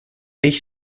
ich